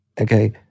Okay